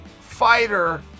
fighter